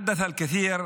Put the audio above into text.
תודה רבה.